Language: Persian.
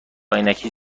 عینکی